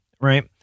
right